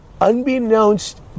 unbeknownst